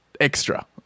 extra